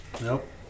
Nope